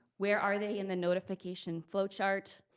where are they in the notification flowchart?